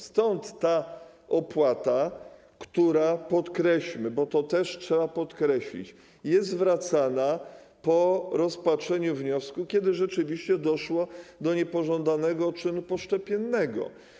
Stąd ta opłata, która, podkreślmy, bo to też trzeba podkreślić, jest zwracana po rozpatrzeniu wniosku, kiedy rzeczywiście doszło do niepożądanego odczynu poszczepiennego.